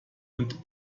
und